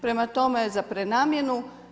Prema tome, za prenamjenu.